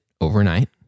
overnight